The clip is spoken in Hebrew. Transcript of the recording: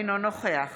אינו נוכח